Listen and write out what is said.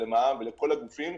למע"מ ולכל הגופים.